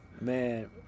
man